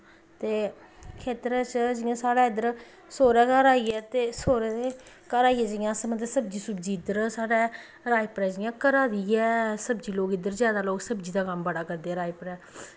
ते खेत्तरें च जि'यां साढ़े इद्धर सौह्रै घर आइयै ते सौह्रे दे घर आइयै जि'यां अस मतलब सब्जी सुब्जी इद्धर साढ़ै राजपुरै जि'यां घरै दी गै सब्जी लोग इद्धर जादै लोक इद्धर सब्जी दा कम्म बड़ा करदे राजपुरै